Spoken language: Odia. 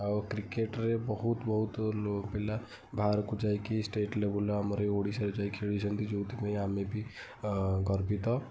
ଆଉ କ୍ରିକେଟ୍ରେ ବହୁତ ବହୁତ ପିଲା ବାହାରକୁ ଯାଇକି ଷ୍ଟେଟ୍ ଲେବୁଲ୍ରେ ଆମ ଓଡ଼ିଶାରୁ ଯାଇ ଖେଳିଛନ୍ତି ଯୋଉଁଥିପାଇଁ ଆମେ ବି ଗର୍ବିତ